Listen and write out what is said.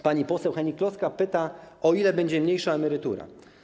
Pani poseł Hennig-Kloska pyta, o ile będzie mniejsza emerytura.